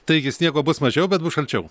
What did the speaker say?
taigi sniego bus mažiau bet bus šalčiau